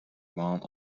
among